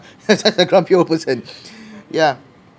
just a grumpy old person yeah